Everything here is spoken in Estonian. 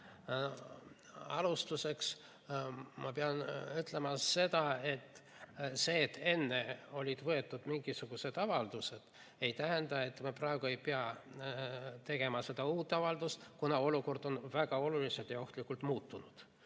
Alustuseks ma pean ütlema seda: see, et enne olid tehtud mingisugused avaldused, ei tähenda, et me praegu ei pea tegema uut avaldust, kuna olukord on väga oluliselt ja ohtlikult muutunud.